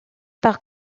par